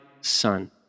son